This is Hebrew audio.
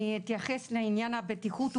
אני אתייחס לעניין הבטיחות.